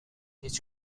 هیچ